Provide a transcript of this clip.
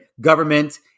government